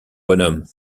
bonhomme